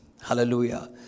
Hallelujah